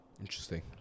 interesting